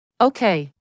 Okay